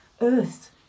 Earth